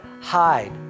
hide